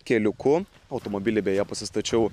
keliuku automobilį beje pasistačiau